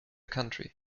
country